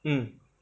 mm